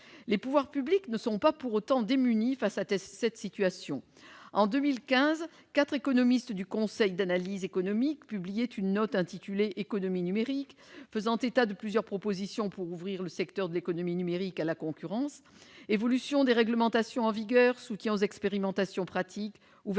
Les pouvoirs publics ne sont pas pour autant démunis face à cette situation. En 2015, quatre économistes du Conseil d'analyse économique publiaient une note intitulée, faisant état de plusieurs propositions pour ouvrir le secteur de l'économie numérique à la concurrence. Évolution des réglementations en vigueur, soutien aux expérimentations pratiques, ouverture